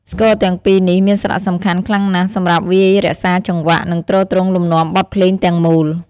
ស្គរទាំងពីរនេះមានសារៈសំខាន់ខ្លាំងណាស់សម្រាប់វាយរក្សាចង្វាក់ និងទ្រទ្រង់លំនាំបទភ្លេងទាំងមូល។